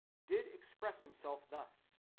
did express him self thus